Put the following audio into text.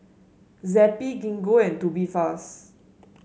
Zappy Gingko and Tubifast